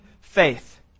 faith